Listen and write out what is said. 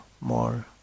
more